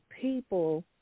people